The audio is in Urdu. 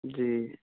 جی